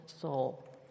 soul